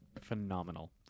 Phenomenal